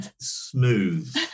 smooth